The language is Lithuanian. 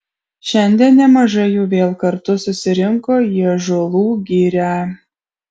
šiandien nemažai jų vėl kartu susirinko į ąžuolų girią